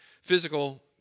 physical